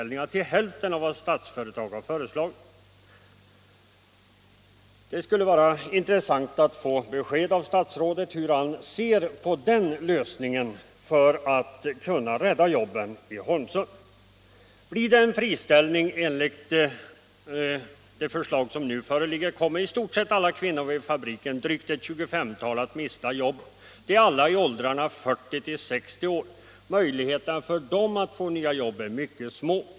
Jag antar att detta alternativ också presenterades för statsrådet i går, och det skulle vara intressant att få besked om hur statsrådet ser på denna lösning när det gäller att rädda jobben i Holmsund. Om det blir en friställning enligt det förslag som nu föreligger kommer i stort sett alla kvinnor vid fabriken, ett drygt 25-tal, att mista sina jobb. De är alla i åldern 40-60 år. Möjligheterna för dem att få nya jobb är mycket små.